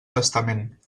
testament